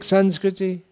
Sanskriti